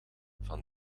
van